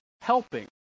helping